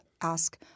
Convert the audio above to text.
ask